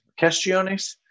questiones